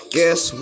Guess